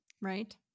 Right